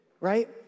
right